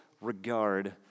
regard